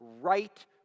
right